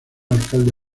alcalde